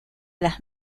las